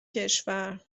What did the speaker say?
کشور